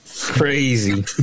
Crazy